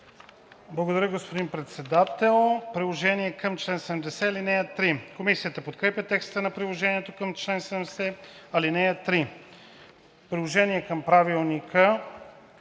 Благодаря, господин Председател. Приложение към чл. 70, ал. 3. Комисията подкрепя текста на приложението към чл. 70, ал. 3. Приложение към правилника